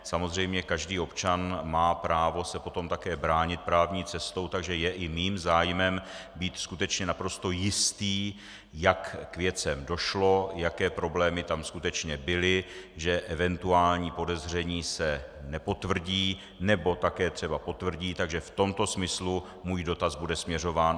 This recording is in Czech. Samozřejmě každý občan má právo se potom také bránit právní cestou, takže je i mým zájmem být skutečně naprosto jistý, jak k věcem došlo, jaké problémy tam skutečně byly, že se eventuální podezření nepotvrdí, nebo také třeba potvrdí, takže v tomto smyslu můj dotaz bude směřován.